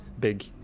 big